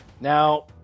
Now